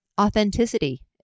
authenticity